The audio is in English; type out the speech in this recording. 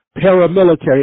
paramilitary